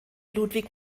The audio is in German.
ludwig